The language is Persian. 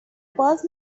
باز